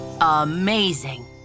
Amazing